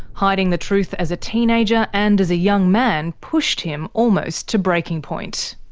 hiding the truth as a teenager and as a young man pushed him almost to breaking point.